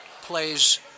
plays